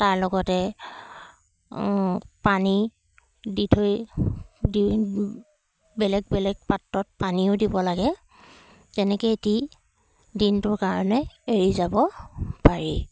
তাৰ লগতে পানী দি থৈ দি বেলেগ বেলেগ পাত্ৰত পানীও দিব লাগে তেনেকৈয়ে দি দিনটোৰ কাৰণে এৰি যাব পাৰি